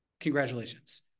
Congratulations